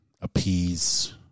appease